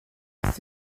off